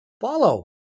follow